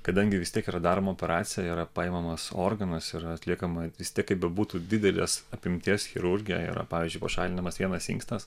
kadangi vis tiek yra daroma operacija yra paimamas organas yra atliekama vis tiek kaip bebūtų didelės apimties chirurgija yra pavyzdžiui pašalinamas vienas inkstas